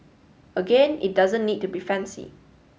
again it doesn't need to be fancy